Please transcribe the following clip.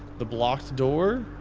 the blocked door?